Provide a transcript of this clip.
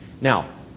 now